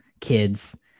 kids